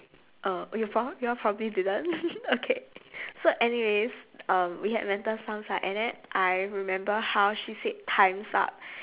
uh you all pro~ you all probably didn't okay so anyways um we had mental sums right and then I remember how she said time's up